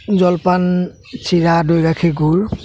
জলপান চিৰা দৈ গাখীৰ গুৰ